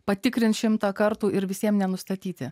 patikrinti šimtą kartų ir visiems nenustatyti